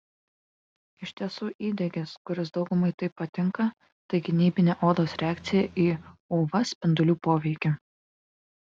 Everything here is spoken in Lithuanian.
iš tiesų įdegis kuris daugumai taip patinka tai gynybinė odos reakcija į uv spindulių poveikį